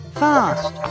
fast